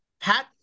Pat